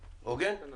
הוגן?